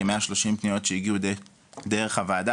כמאה שלושים פניות שהגיעו דרך הוועדה,